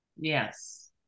Yes